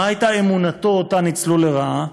מה הייתה אמונתו שניצלו לרעה?